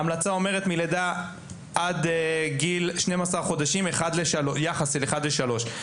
ההמלצה אומרת כך: מלידה עד-12 חודשים יחס של אחד לשלוש,